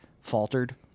faltered